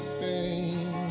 pain